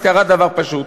אז קרה דבר פשוט: